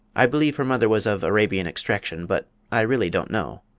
i believe her mother was of arabian extraction but i really don't know,